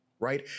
right